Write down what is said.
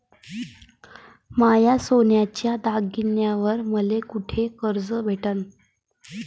माया सोन्याच्या दागिन्यांइवर मले कुठे कर्ज भेटन?